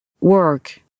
Work